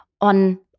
on